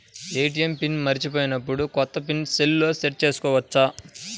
ATM PIN మరచిపోయినప్పుడు, కొత్త PIN సెల్లో సెట్ చేసుకోవచ్చా?